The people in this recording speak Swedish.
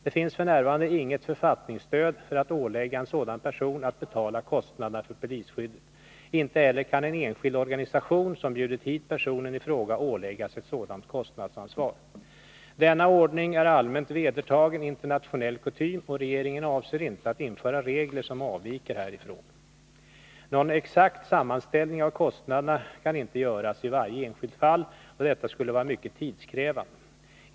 Det finns f. n. inget författningsstöd för att ålägga en sådan person att betala kostnaderna för polisskyddet. Inte heller kan en enskild organisation som bjudit hit personen i fråga åläggas ett sådant kostnadsansvar. Denna ordning är allmänt vedertagen internationell kutym, och regeringen avser inte att införa regler som avviker härifrån. Någon exakt sammanställning av kostnaderna kan inte göras i varje enskilt fall, då detta skulle vara mycket tidskrävande.